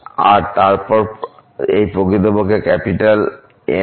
আর তারপর এই প্রকৃতপক্ষে ক্যাপিটাল N হয়